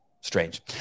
strange